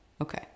Okay